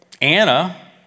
Anna